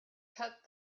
cut